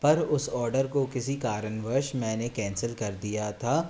पर उस ऑर्डर को किसी कारणवश मैंने कैंसिल कर दिया था